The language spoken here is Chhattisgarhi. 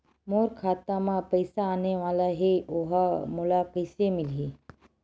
मोर खाता म पईसा आने वाला हे ओहा मोला कइसे मिलही?